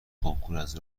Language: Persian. کنکوراز